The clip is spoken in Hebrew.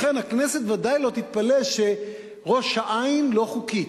ובכן, הכנסת בוודאי לא תתפלא שראש-העין לא חוקית.